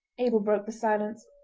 abel broke the silence